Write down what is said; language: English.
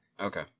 okay